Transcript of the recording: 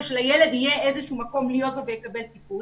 שלילד יהיה איזה שהוא מקום להיות בו ויקבל טיפול.